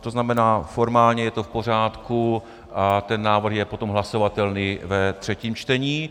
To znamená, formálně je to v pořádku a ten návrh je potom hlasovatelný ve třetím čtení.